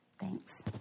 Thanks